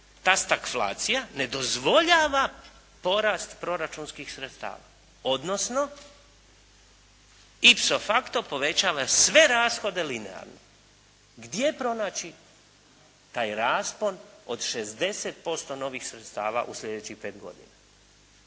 Ta stagflacija ne dozvoljava porast proračunskih sredstava, odnosno "ipso facto" povećava sve rashode linearno. Gdje pronaći taj raspon od 60% novih sredstava u slijedećih pet godina?